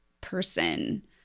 person